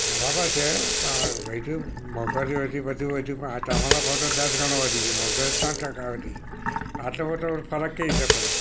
બરાબર છે પણ વધી મોંઘવારી વધી બધું વધ્યું પણ આ તમારો ભાવ તો દસ ગણો વધી ગયો મોંઘવારી ત્રણ ટકા વધી આટલો બધો ફરક કઈ રીતે પડ્યો